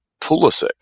Pulisic